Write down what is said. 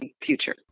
future